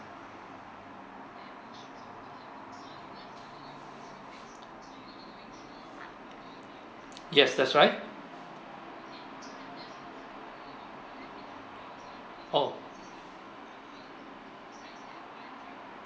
yes that's right oh